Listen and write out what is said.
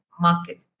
market